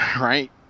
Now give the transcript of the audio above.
right